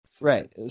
Right